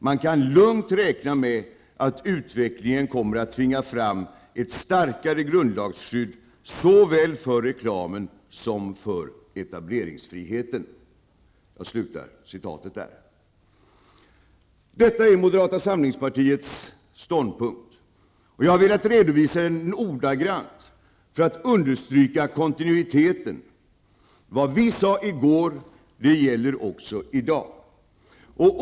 Man kan lugnt räkna med att utvecklingen kommer att tvinga fram ett starkare grundlagsskydd, såväl för reklamen som för etableringsfriheten.'' Detta är moderata samlingspartiets ståndpunkt, och jag har velat redovisat den ordagrant för att understryka kontinuiteten. Vad vi sade i går gäller också i dag.